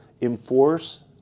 enforce